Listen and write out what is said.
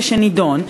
שנדון,